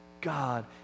God